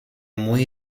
muy